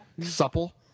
supple